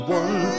one